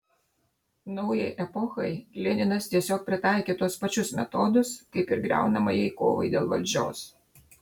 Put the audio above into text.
naujai epochai leninas tiesiog pritaikė tuos pačius metodus kaip ir griaunamajai kovai dėl valdžios